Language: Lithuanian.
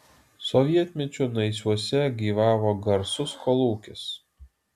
sovietmečiu naisiuose gyvavo garsus kolūkis